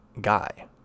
guy